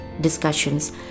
discussions